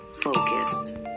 focused